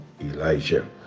Elijah